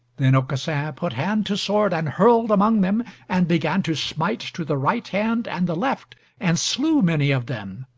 then aucassin put hand to sword, and hurled among them, and began to smite to the right hand and the left, and slew many of them.